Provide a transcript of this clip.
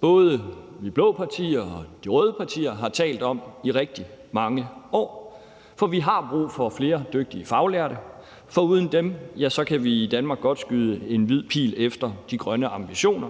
både vi blå partier og de røde partier har talt om i rigtig mange år, for vi har brug for flere dygtige faglærte. Uden dem kan vi i Danmark godt skyde en hvid pil efter de grønne ambitioner,